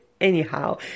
anyhow